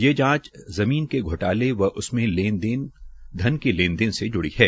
ये जांच ज़मीन के घोटाले व उसमे धन के लेन देन से जुड़ी है